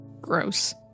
Gross